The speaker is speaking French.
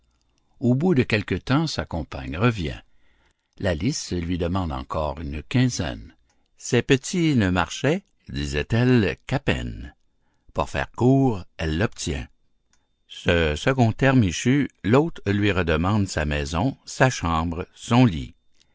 au bout de quelque temps sa compagne revient la lice lui demande encore une quinzaine ses petits ne marchaient disait-elle qu'à peine pour faire court elle l'obtient ce second terme échu l'autre lui redemande sa maison sa chambre son lit